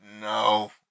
no